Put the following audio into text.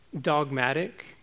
dogmatic